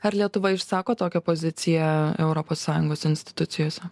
ar lietuva išsako tokią poziciją europos sąjungos institucijose